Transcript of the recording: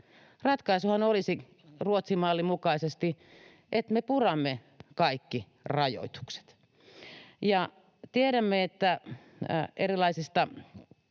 Ratkaisuhan olisi Ruotsin mallin mukaisesti, että me puramme kaikki rajoitukset. Tiedämme erilaisista